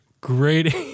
Great